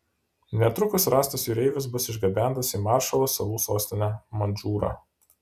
netrukus rastas jūreivis bus išgabentas į maršalo salų sostinę madžūrą